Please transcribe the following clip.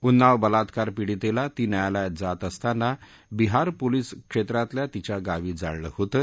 उन्नाव बलात्कार पिडीतली ती न्यायालयात जात असताना बिहार पोलिस क्षम्रितल्या तिच्या गावी जाळलं होतं